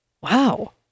Wow